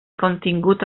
contingut